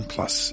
Plus